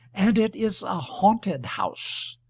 and it is a haunted house.